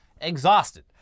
exhausted